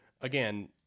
again